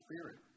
spirit